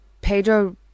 Pedro